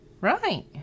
Right